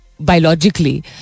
biologically